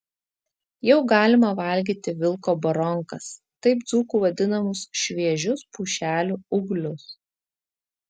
jau galima valgyti vilko baronkas taip dzūkų vadinamus šviežius pušelių ūglius